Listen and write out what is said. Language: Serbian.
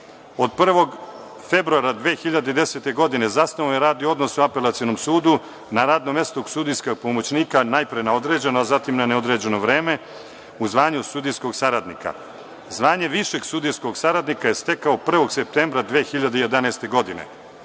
Od prvog februara 2010. godine zasnovao je radni odnos u apelacionom sudu, na radnom mestu sudijskog pomoćnika, najpre na određeno, zatim na neodređeno vreme u zvanju sudijskog saradnika. Zvanje višeg sudijskog saradnika je stekao 1. septembra 2011. godine. Pravim